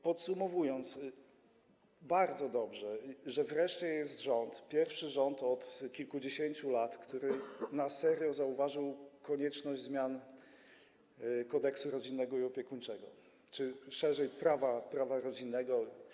Podsumowując, bardzo dobrze, że wreszcie jest rząd, pierwszy rząd od kilkudziesięciu lat, który na serio zauważył konieczność zmiany Kodeksu rodzinnego i opiekuńczego czy szerzej prawa rodzinnego.